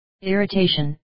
irritation